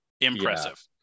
Impressive